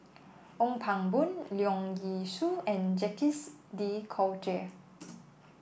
Ong Pang Boon Leong Yee Soo and Jacques De Coutre